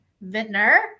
vintner